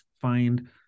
find